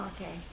Okay